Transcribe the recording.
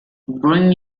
bring